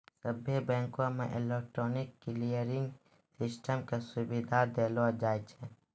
सभ्भे बैंको मे इलेक्ट्रॉनिक क्लियरिंग सिस्टम के सुविधा देलो जाय छै